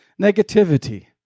Negativity